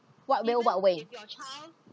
what will what way